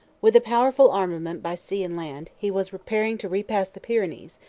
with a powerful armament by sea and land he was preparing to repass the pyrenees,